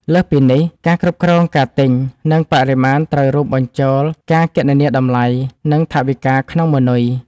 លើសពីនេះ ការគ្រប់គ្រងការទិញ និងបរិមាណត្រូវរួមបញ្ចូលការគណនាតម្លៃ និងថវិកាក្នុងម៉ឺនុយ